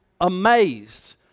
amazed